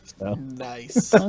Nice